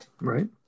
right